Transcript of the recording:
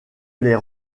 les